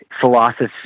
philosophy